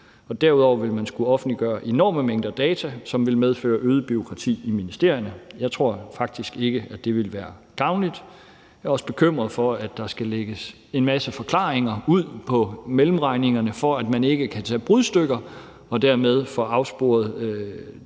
Derudover ville man skulle offentliggøre enorme mængder data, hvilket ville medføre øget bureaukrati i ministerierne. Jeg tror faktisk ikke, at det ville være gavnligt. Jeg er også bekymret for, at der skal lægges en masse forklaringer ud på mellemregningerne, for at man ikke kan tage brudstykker og dermed få afsporet